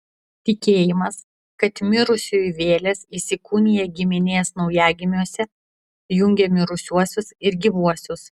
tikėjimas kad mirusiųjų vėlės įsikūnija giminės naujagimiuose jungė mirusiuosius ir gyvuosius